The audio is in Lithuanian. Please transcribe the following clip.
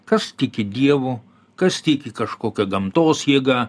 kas tiki dievu kas tiki kažkokia gamtos jėga